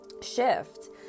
shift